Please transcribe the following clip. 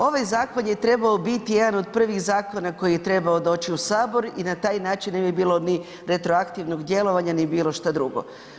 Ovaj zakon je trebao biti jedan od prvih zakona koji je trebao doći u sabor i na taj način ne bi bilo ni retroaktivnog djelovanja, ni bilo šta drugo.